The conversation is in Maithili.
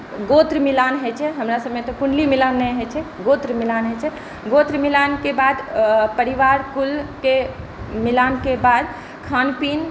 गोत्र मिलान होइ छै हमरा सबमे तऽ कुण्डली मिलान नहि होइ छै गोत्र मिलान होइ छै गोत्र मिलानके बाद परिवार कुलके मिलानके बाद खानपीन